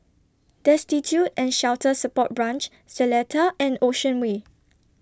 Destitute and Shelter Support Branch Seletar and Ocean Way